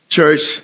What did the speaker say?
church